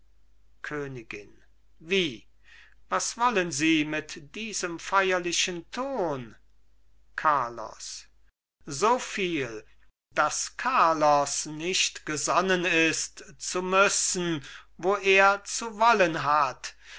königin wie was wollen sie mit diesem feierlichen ton carlos so viel daß carlos nicht gesonnen ist zu müssen wo er zu wollen hat